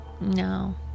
No